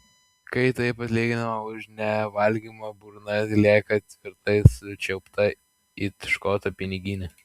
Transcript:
kai taip atlyginama už nevalgymą burna lieka tvirtai sučiaupta it škoto piniginė